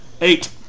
Eight